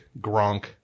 Gronk